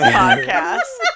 podcast